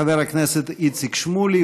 חבר הכנסת איציק שמולי,